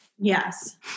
Yes